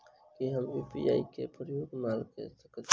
की हम यु.पी.आई केँ प्रयोग माल मै कऽ सकैत छी?